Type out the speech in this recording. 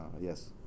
yes